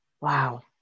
Wow